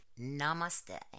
Namaste